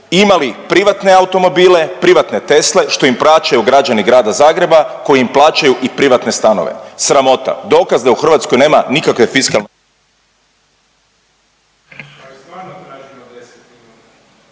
imali privatne automobile, privatne Tesle što im plaćaju građani Grada Zagreba koji im plaćaju i privatne stanove. Sramota, dokaz da u Hrvatskoj nema nikakve fiskalne